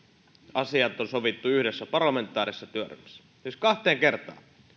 asiat on sovittu yhdessä parlamentaarisessa työryhmässä siis kahteen kertaan